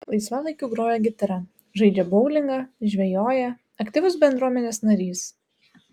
laisvalaikiu groja gitara žaidžia boulingą žvejoja aktyvus bendruomenės narys